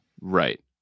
Right